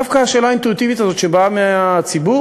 דווקא השאלה האינטואיטיבית הזאת שבאה מהציבור,